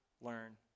learn